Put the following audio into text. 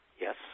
Yes